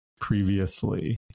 previously